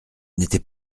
n’était